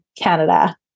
Canada